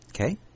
Okay